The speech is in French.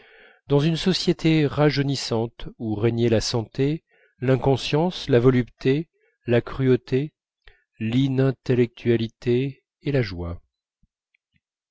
dans une société rajeunissante où régnaient la santé l'inconscience la volupté la cruauté l'inintellectualité et la joie